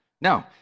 no